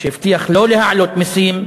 שהבטיח לא להעלות מסים,